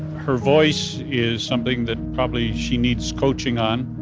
her voice is something that probably she needs coaching on.